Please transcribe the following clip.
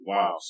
Wow